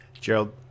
Gerald